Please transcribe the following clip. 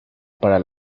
para